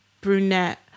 brunette